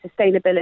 sustainability